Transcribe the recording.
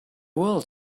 world